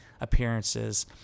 appearances